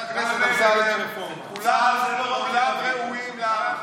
צה"ל זה לא רק חיל אוויר.